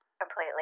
Completely